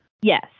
Yes